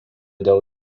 dėl